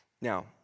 Now